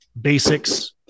basics